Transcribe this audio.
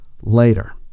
later